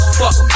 fuck